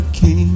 King